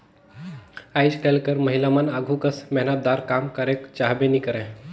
आएज काएल कर महिलामन आघु कस मेहनतदार काम करेक चाहबे नी करे